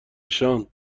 نشان